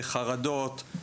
בחרדות,